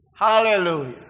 Hallelujah